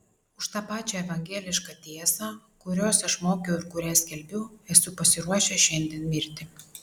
už tą pačią evangelišką tiesą kurios aš mokiau ir kurią skelbiu esu pasiruošęs šiandien mirti